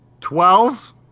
Twelve